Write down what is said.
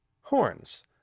Horns